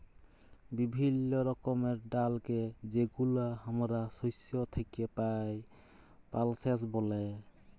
বিভিল্য রকমের ডালকে যেগুলা হামরা শস্য থেক্যে পাই, পালসেস ব্যলে